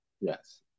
yes